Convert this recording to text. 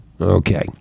Okay